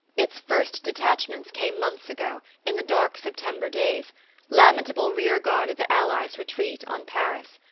its first detachments came months ago, in the dark september days lamentable rear-guard of the allies' retreat on paris.